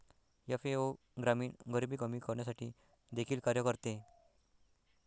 FAO ग्रामीण गरिबी कमी करण्यासाठी देखील कार्य करते